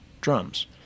drums